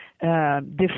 different